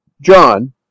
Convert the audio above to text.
John